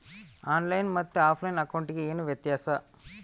On line ಮತ್ತೆ ಆಫ್ಲೈನ್ ಅಕೌಂಟಿಗೆ ಏನು ವ್ಯತ್ಯಾಸ?